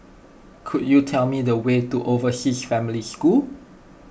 could you tell me the way to Overseas Family School